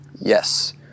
yes